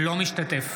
אינו משתתף